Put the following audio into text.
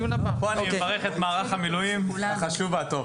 פה אני מברך את מערך המילואים החשוב והטוב.